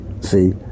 see